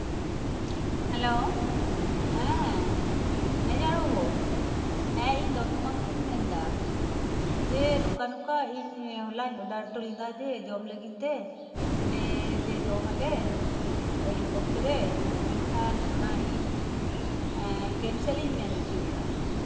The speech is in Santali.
ᱦᱮᱞᱳ ᱦᱮᱸ ᱢᱮᱱᱮᱡᱟᱨ ᱵᱟᱹᱵᱩ ᱤᱧ ᱫᱚᱢ ᱫᱚᱢᱟ ᱠᱷᱚᱱᱤᱧ ᱢᱮᱱᱫᱟ ᱡᱮ ᱤᱧ ᱱᱚᱝᱠᱟ ᱱᱚᱝᱠᱟ ᱦᱚᱞᱟᱧ ᱚᱰᱟᱨ ᱦᱚᱴᱚ ᱞᱮᱫᱟ ᱡᱮ ᱡᱚᱢ ᱞᱟᱹᱜᱤᱫᱛᱮ ᱚᱱᱰᱮ ᱡᱮ ᱡᱚᱢ ᱟᱞᱮ ᱟᱹᱭᱩᱵ ᱚᱠᱛᱚ ᱨᱮ ᱢᱮᱱᱠᱷᱟᱱ ᱚᱱᱟ ᱤᱧ ᱠᱮᱱᱥᱮᱞ ᱤᱧ ᱢᱮᱱ ᱦᱚᱪᱚᱭᱮᱜᱼᱟ